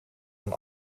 een